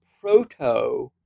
proto